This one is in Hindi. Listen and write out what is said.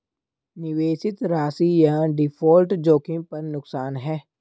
निवेशित राशि या डिफ़ॉल्ट जोखिम पर नुकसान है